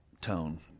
tone